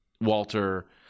Walter